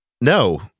No